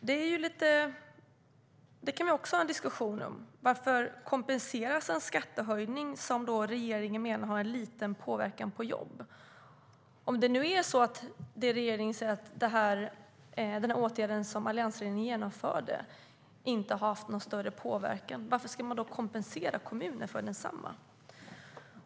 Det kan man också diskutera. Varför ska en skattehöjning som regeringen menar har en liten påverkan på jobb kompenseras? Om det är som regeringen säger, alltså att den åtgärd som alliansregeringen genomförde inte har haft någon större påverkan, varför ska man då kompensera kommunerna för densamma?